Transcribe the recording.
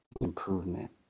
improvement